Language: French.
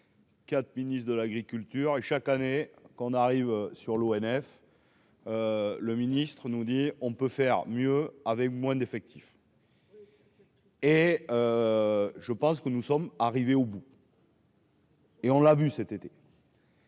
Quatre, ministre de l'Agriculture et chaque année qu'on arrive sur l'ONF. Le ministre-nous dit, on peut faire mieux avec moins d'effectifs. Oui ça. Et je pense que nous sommes arrivés au bout. Et on l'a vu cet été.